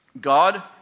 God